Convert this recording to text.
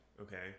Okay